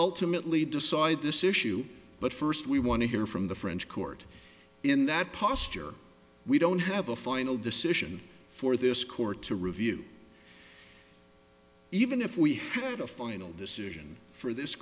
ultimately decide this issue but first we want to hear from the french court in that posture we don't have a final decision for this court to review even if we had a final decision for this